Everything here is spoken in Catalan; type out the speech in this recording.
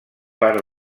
part